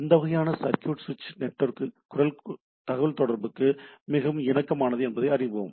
இந்த வகையான சர்க்யூட் சுவிட்ச் நெட்வொர்க் குரல் தகவல்தொடர்புக்கு மிகவும் இணக்கமானது என்பதை நாம் அறிவோம்